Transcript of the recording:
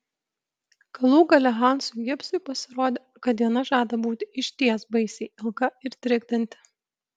galų gale hansui gibsui pasirodė kad diena žada būti išties baisiai ilga ir trikdanti